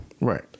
Right